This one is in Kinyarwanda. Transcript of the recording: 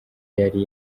yari